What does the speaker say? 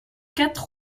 quatre